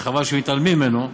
וחבל שמתעלמים ממנו,